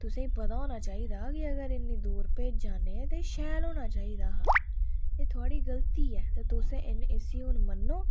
तुसें गी पता होना चाहिदा कि अगर इन्नी दूर भेजा ने ते शैल होना चाहिदा हा एह् थोआड़ी गलती ऐ तुसें इस्सी हून मन्नो